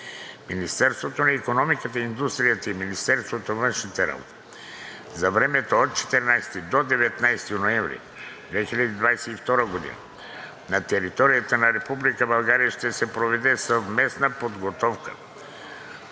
Министерството на икономиката и индустрията и Министерството на външните работи. За времето от 14 до 19 ноември 2022 г. на територията на Република България ще се проведе съвместна подготовка